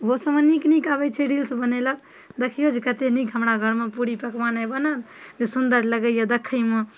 ओहो सबमे नीक नीक अबैत छै रील्स बनेलक देखिऔ जे कतेक नीक हमरा घरमे पुरी पकवान आइ बनल जे सुन्दर लगैए देखैमे